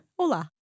Olá